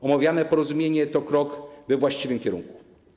Omawiane porozumienie to krok we właściwym kierunku.